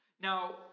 Now